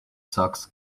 sox